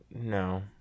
No